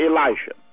Elisha